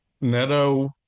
Neto